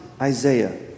Isaiah